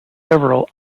several